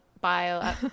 bio